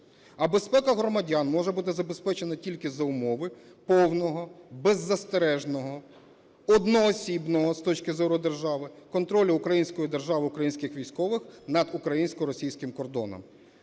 А безпека громадян може бути забезпечена тільки за умови повного беззастережного одноосібного, з точки зору держави, контролю української держави українських військових над українсько-російським кордоном.